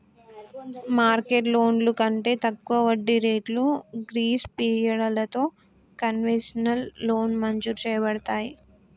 market లోన్లు కంటే తక్కువ వడ్డీ రేట్లు గ్రీస్ పిరియడలతో కన్వెషనల్ లోన్ మంజురు చేయబడతాయి